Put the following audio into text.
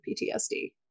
PTSD